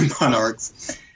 monarchs